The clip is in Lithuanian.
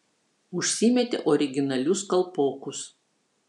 užsimetė originalius kalpokus